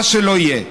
מה שלא יהיה.